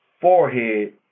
forehead